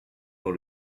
dans